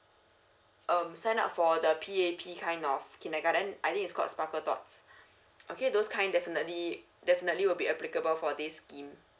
um sign up for the p a p kind of kindergarten I think it's called sparkle tots okay those kind definitely definitely will be applicable for this scheme